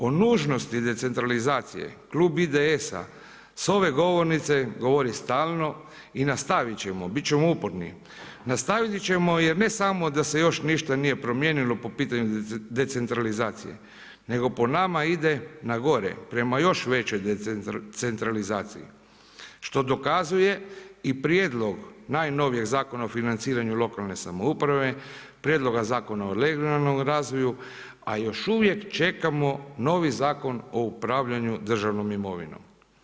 O nužnosti decentralizacije klub IDS-a s ove govornice govori stalno i nastavit ćemo, bit ćemo uporni, nastavit ćemo jer ne samo da se još ništa nije promijenilo po pitanju decentralizacije nego po nama ide na gore, prema još većoj centralizaciji, što dokazuje i prijedlog najnovijeg Zakona o financiranju lokalne samouprave, Prijedloga zakona o regionalnom razvoju, a još uvijek čekamo novi Zakon o upravljanju državnom imovinom.